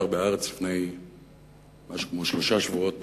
ב"הארץ" לפני משהו כמו שלושה שבועות